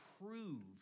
prove